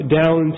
down